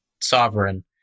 Sovereign